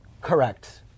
Correct